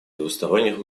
двусторонних